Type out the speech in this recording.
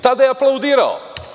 Tada je aplaudirao.